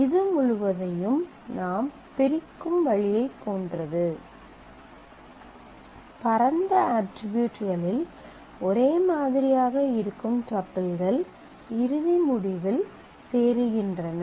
இது முழுவதையும் நாம் பிரிக்கும் வழியைப் போன்றது பரந்த அட்ரிபியூட்களில் ஒரே மாதிரியாக இருக்கும் டப்பிள்கள் இறுதி முடிவில் சேருகின்றன